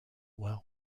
world